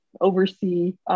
oversee